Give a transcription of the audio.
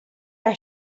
our